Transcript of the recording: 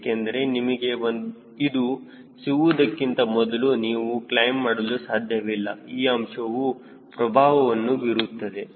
ಏಕೆಂದರೆ ನಿಮಗೆ ಇದು ಸಿಗುವುದಕ್ಕಿಂತ ಮೊದಲು ನೀವು ಕ್ಲೈಮ್ ಮಾಡಲು ಸಾಧ್ಯವಿಲ್ಲ ಈ ಅಂಶವು ಪ್ರಭಾವವನ್ನು ಬೀರುತ್ತದೆ